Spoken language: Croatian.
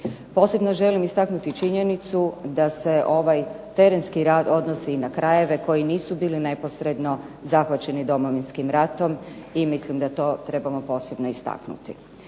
Posebno želim istaknuti činjenicu da se ovaj terenski rad odnosi i na krajeve koji nisu bili neposredno zahvaćeni Domovinskim ratom i mislim da to trebamo posebno istaknuti.